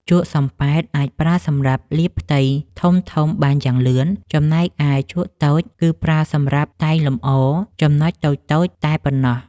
ជក់សំប៉ែតអាចប្រើសម្រាប់លាបផ្ទៃធំៗបានយ៉ាងលឿន ចំណែកឯជក់តូចៗគឺប្រើសម្រាប់តែងលម្អចំណុចតូចៗតែប៉ុណ្ណោះ។